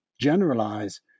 generalize